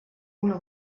una